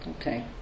Okay